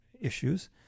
issues